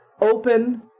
open